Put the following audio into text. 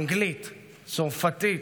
אנגלית, צרפתית,